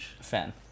fan